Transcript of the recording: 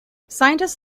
scientists